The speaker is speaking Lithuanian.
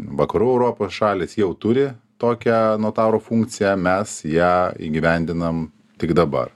vakarų europos šalys jau turi tokią notarų funkciją mes ją įgyvendinam tik dabar